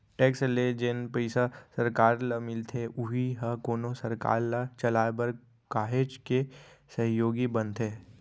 tax ले जेन पइसा सरकार ल मिलथे उही ह कोनो सरकार ल चलाय बर काहेच के सहयोगी बनथे